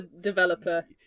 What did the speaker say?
developer